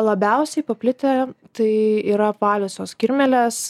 labiausiai paplitę tai yra apvaliosios kirmėlės